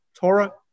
Torah